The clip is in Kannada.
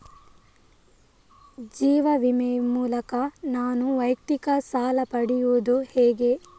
ಜೀವ ವಿಮೆ ಮೂಲಕ ನಾನು ವೈಯಕ್ತಿಕ ಸಾಲ ಪಡೆಯುದು ಹೇಗೆ?